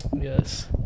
Yes